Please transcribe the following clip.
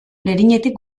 lerinetik